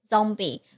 Zombie